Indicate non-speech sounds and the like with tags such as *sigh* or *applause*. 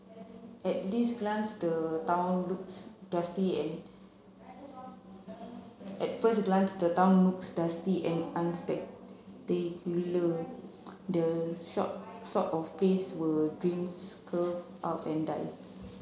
at least glance the town looks dusty and at first glance the town looks dusty and unspectacular the short sort of place where dreams curl *unintelligible* up and die